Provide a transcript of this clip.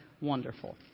wonderful